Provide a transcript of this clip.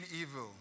evil